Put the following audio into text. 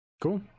cool